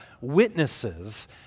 witnesses